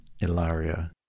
Ilaria